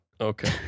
Okay